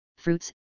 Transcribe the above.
fruits